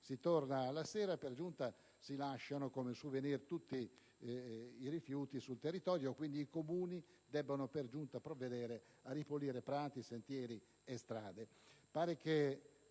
e tornano alla sera, e per giunta si lasciano come *souvenir* tutti i rifiuti sul territorio; quindi i Comuni devono anche provvedere a ripulire prati, sentieri e strade.